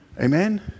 Amen